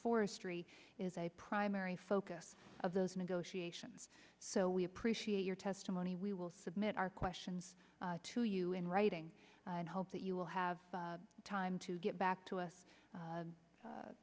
forestry is a primary focus of those negotiations so we appreciate your testimony we will submit our questions to you in writing and hope that you will have time to get back to us